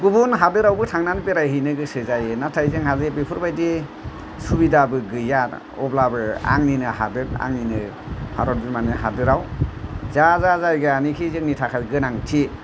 गुबुन हादोरावबो थांनानै बेरायहैनो गोसो जायो नाथाय जोंहाजे बेफोरबादि सुबिदाबो गैया अब्लाबो आंनिनो हादोर आंनिनो भारत बिमानि हादोराव जा जा जायगानोखि जोंनि थाखाय गोनांथि